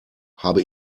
habe